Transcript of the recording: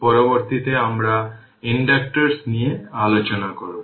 পরবর্তীতে আমরা ইন্ডাক্টরস নিয়ে আলোচনা করব